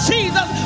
Jesus